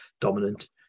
dominant